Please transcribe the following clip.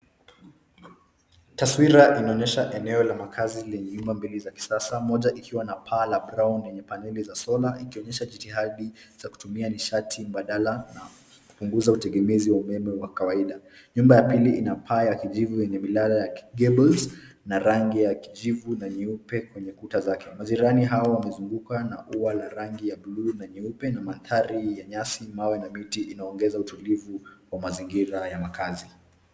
Taswira inaonyesha eneo la makazi lenye nyumba mbili za kisasa. Moja ikiwa na paa la brown yenye paneli za sola, ikionyesha jitihada za kutumia nishati badala na kupunguza utegemezi wa umeme wa kawaida. Nyumba ya pili ina paa ya kijivu yenye milala ya gables na rangi ya kijivu na nyeupe kwenye kuta zake. Majirani hawa wamezungukwa na ua la rangi ya buluu na nyeupe na mandhari ya nyasi, mawe na miti inaongeza utulivu wa mazingira ya makazi.